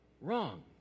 wrong